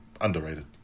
underrated